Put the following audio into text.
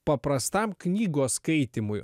paprastam knygos skaitymui